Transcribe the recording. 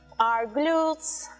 our glutes,